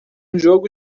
jogo